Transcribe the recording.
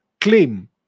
claim